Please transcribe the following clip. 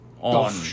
on